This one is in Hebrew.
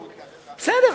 בסדר,